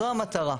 זו המטרה.